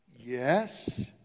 Yes